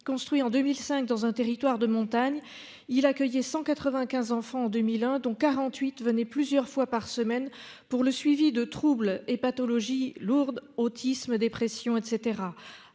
construit en 2005 dans un territoire de montagne, il accueillait 195 enfants en 2001, dont 48 s'y rendaient plusieurs fois par semaine pour le suivi de troubles et de pathologies lourdes, comme l'autisme et